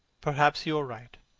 perhaps you are right.